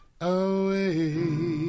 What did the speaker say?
away